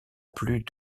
plus